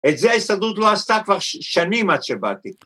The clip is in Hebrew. ‫את זה ההסתדרות לא עשתה ‫כבר ש-שנים עד שבאתי.